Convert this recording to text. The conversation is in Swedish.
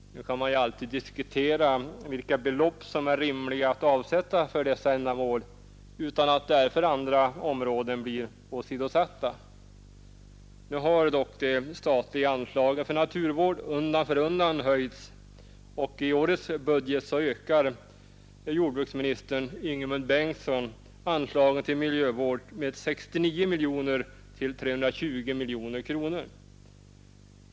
Nu kan man alltid diskutera vilka belopp som är rimliga att avsätta för dessa ändamål utan att därför andra områden blir åsidosatta. De statliga anslagen för naturvård har undan för undan höjts, och i årets budget ökar jordbruksminister Ingemund Bengtsson anslagen till miljövård med 69 miljoner till 320 miljoner kronor.